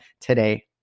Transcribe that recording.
today